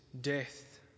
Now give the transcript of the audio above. death